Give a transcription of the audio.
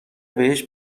بهش